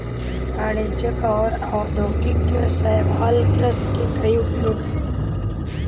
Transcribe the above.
वाणिज्यिक और औद्योगिक शैवाल कृषि के कई उपयोग हैं